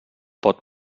pot